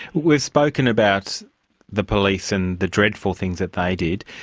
we've spoken about the police and the dreadful things that they did.